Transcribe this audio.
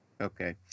Okay